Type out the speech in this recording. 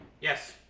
Yes